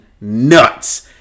nuts